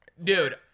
Dude